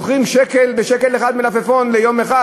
מוכרים בשקל אחד מלפפון ליום אחד,